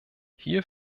hier